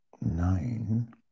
nine